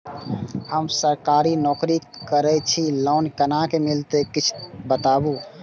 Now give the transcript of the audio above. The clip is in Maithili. हम सरकारी नौकरी करै छी लोन केना मिलते कीछ बताबु?